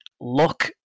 look